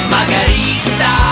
Margarita